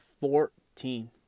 fourteen